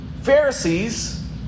Pharisees